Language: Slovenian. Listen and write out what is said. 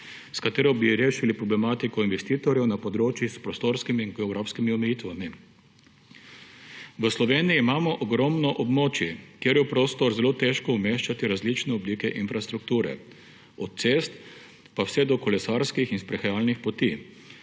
s katero bi rešili problematiko investitorjev na področjih s prostorskimi in geografskimi omejitvami. V Sloveniji imamo ogromno območij, kjer je v prostor zelo težko umeščati različne oblike infrastrukture, od cest pa vse do kolesarskih in sprehajalnih poti.